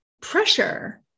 pressure